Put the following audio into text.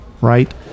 Right